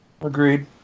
Agreed